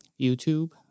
YouTube